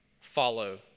follow